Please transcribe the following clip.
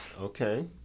Okay